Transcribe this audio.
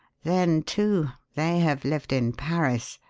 then, too, they have lived in paris.